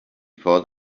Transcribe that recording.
thought